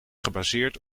gebaseerd